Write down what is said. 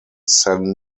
san